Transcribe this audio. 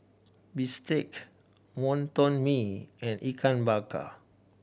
bistake Wonton Mee and Ikan Bakar